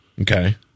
Okay